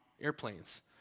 airplanes